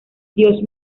dios